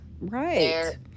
right